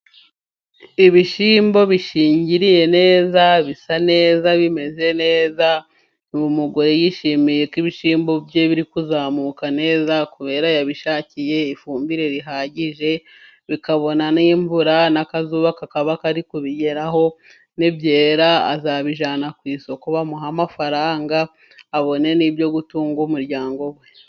Ibishyimbo bishingiriye neza， bisa neza， bimeze neza. Uyu mugore yishimiye ko ibishyimbo bye biri kuzamuka neza，kubera yabishakiye ifumbire ihagije， bikabona n'imvura， n'akazuba kakaba kari kubigeraho， ni byera azabijyana ku isoko， bamuhe amafaranga， abone n'ibyo gutunga umuryango we.